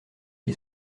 qui